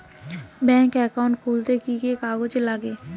Bank account খুলতে কি কি কাগজ লাগে?